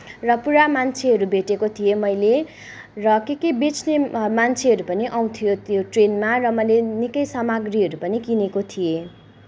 र पुरा मान्छेहरू भेटेको थिएँ मैले र के के बेच्ने मान्छेहरू पनि आउँथ्यो त्यो ट्रेनमा र मैले निकै सामग्रीहरू पनि किनेको थिएँ